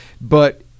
but-